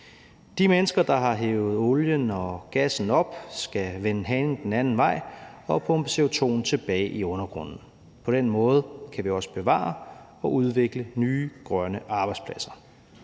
De mennesker, der har hevet olien og gassen op, skal vende hanen den anden vej og pumpe CO2'en tilbage i undergrunden. På den måde kan vi også bevare og udvikle nye grønne arbejdspladser.